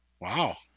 Wow